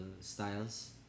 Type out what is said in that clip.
styles